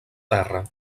terra